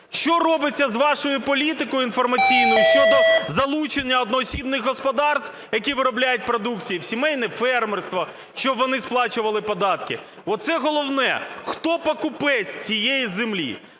Що робиться з вашою політикою інформаційною щодо залучення одноосібних господарств, які виробляють продукцію у сімейне фермерство, щоб вони сплачували податки? Оце головне - хто покупець цієї землі.